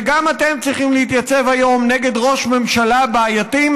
וגם אתם צריכים להתייצב היום נגד ראש ממשלה בעייתי,